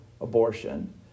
abortion